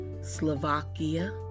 Slovakia